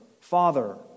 father